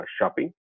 shopping